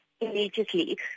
immediately